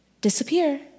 disappear